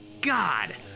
God